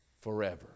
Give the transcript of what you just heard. forever